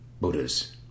Buddhas